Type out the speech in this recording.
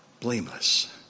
blameless